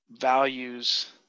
values